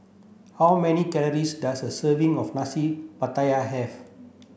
how many calories does a serving of Nasi Pattaya have